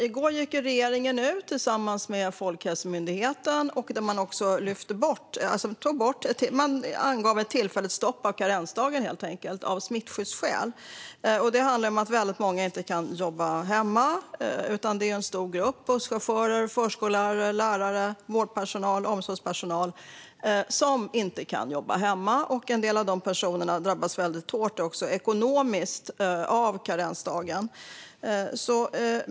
I går gick regeringen tillsammans med Folkhälsomyndigheten ut och angav ett tillfälligt stopp för karensdagen av smittskyddsskäl. Det handlar om att väldigt många inte kan jobba hemma. Det är en stor grupp - busschaufförer, förskollärare, lärare, vårdpersonal, omsorgspersonal - som inte kan jobba hemma, och en del av de personerna drabbas hårt också ekonomiskt av karensdagen.